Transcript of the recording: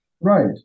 Right